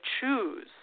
choose